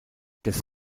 des